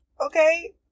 Okay